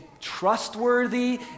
trustworthy